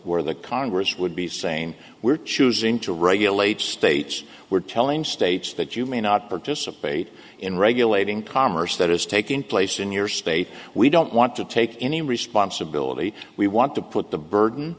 where the congress would be saying we're choosing to regulate states we're telling states that you may not participate in regulating commerce that is taking place in your state we don't want to take any responsibility we want to put the burden